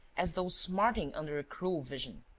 as though smarting under a cruel vision.